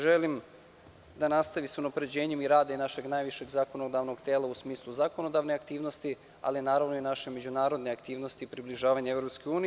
Želim da nastavi sa unapređenjem i radom naše najvišeg zakonodavnog tela, u smislu zakonodavne aktivnosti, ali naravno i naše međunarodne aktivnosti i približavanja EU.